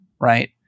Right